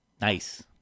Nice